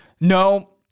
no